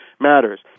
matters